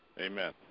Amen